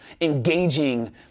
engaging